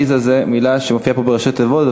פיז"ה זו מילה שמופיעה פה בראשי תיבות,